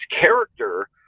character